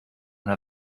una